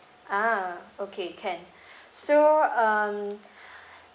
ah okay can so um